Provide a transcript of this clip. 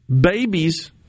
babies